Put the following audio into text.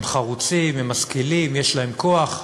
הם חרוצים, הם משכילים, יש להם כוח,